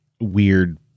weird